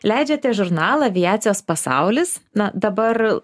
leidžiate žurnalą aviacijos pasaulis na dabar